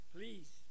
Please